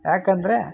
ಯಾಕಂದರೆ